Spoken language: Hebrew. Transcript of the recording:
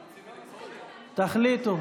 חברי הכנסת, תחליטו.